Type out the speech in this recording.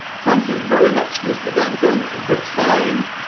thank you very much mr. duncan the time